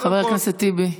חבר הכנסת טיבי.